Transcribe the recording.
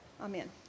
Amen